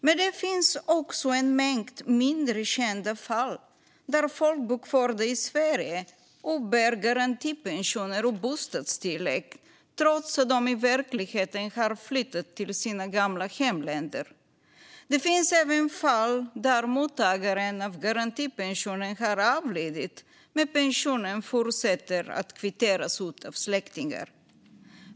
Men det finns också en mängd mindre kända fall där folkbokförda i Sverige uppbär garantipensioner och bostadstillägg trots att de i verkligheten har flyttat till sina gamla hemländer. Det finns även fall där mottagaren av garantipensionen har avlidit, men pensionen fortsätter att kvitteras ut av släktingar.